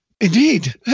Indeed